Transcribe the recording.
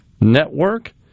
network